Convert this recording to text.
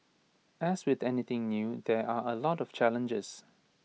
as with anything new there are A lot of challenges